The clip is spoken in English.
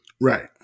right